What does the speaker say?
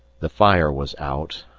the fire was out